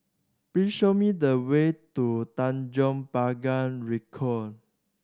please show me the way to Tanjong Pagar Ricoh